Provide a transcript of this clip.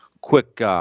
Quick